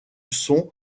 son